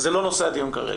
זה לא נושא הדיון כרגע.